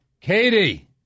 Katie